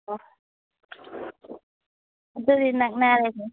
ꯑꯣ ꯑꯗꯨꯗꯤ ꯅꯛꯅꯔꯦꯅꯦ